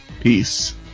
peace